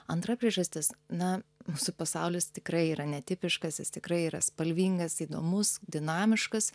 antra priežastis na mūsų pasaulis tikrai yra netipiškas jis tikrai yra spalvingas įdomus dinamiškas